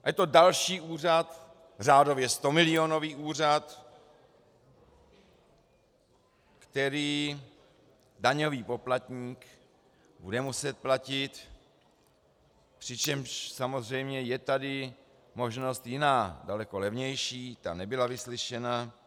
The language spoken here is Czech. Je to další úřad, řádově stomilionový úřad, který daňový poplatník bude muset platit, přičemž samozřejmě je tady možnost jiná, daleko levnější, ta nebyla vyslyšena.